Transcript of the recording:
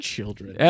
Children